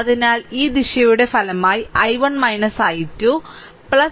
അതിനാൽ ഈ ദിശയുടെ ഫലമായി i1 i2 അതിനാൽ